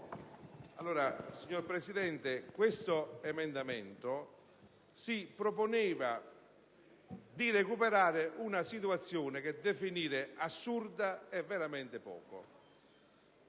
Signora Presidente, l'emendamento 1.0.1 si proponeva di recuperare una situazione che definire assurda è veramente poco.